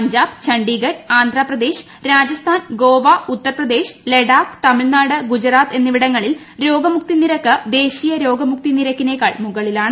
പഞ്ചാബ് ഛണ്ഡിഗഡ് ആന്ധ്രപ്രദേശ് രാജസ്ഥാൻ ഗോവ ഉത്തർപ്രദേശ് ലഡാക്ക് തമിഴ്നാട് ഗൂജറാത്ത് എന്നിവിടങ്ങളിൽ രോഗമുക്തി നിരക്ക് ദേശീയ രോഗമുക്തി നിരക്കിനെക്കാൾ മുകളിലാണ്